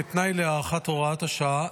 וכתנאי להארכת הוראת השעה,